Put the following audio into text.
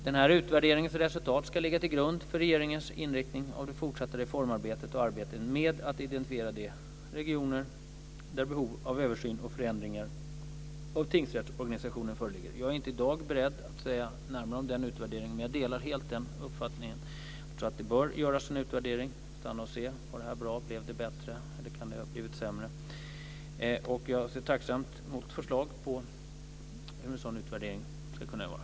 Den här utvärderingens resultat ska ligga till grund för regeringens inriktning av det fortsatta reformarbetet och arbetet med att identifiera de regioner där behov av översyn och förändringar av tingsrättsorganisationen föreligger. Jag är inte i dag beredd att säga något närmare om den utvärderingen, men jag delar helt den uppfattningen att det bör göras en utvärdering. Vi måste stanna och se om detta var bra, om det blev bättre eller om det blev sämre. Jag tar tacksamt emot förslag på hur en sådan utvärdering ska kunna göras.